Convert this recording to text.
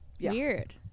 weird